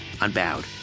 unbowed